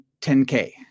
10K